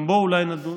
גם בו אולי נדון,